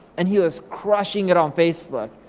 and he was crushing it on facebook.